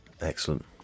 Excellent